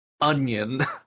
onion